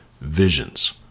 visions